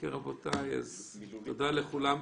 תודה לכולם.